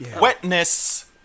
Wetness